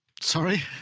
Sorry